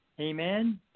Amen